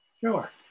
Sure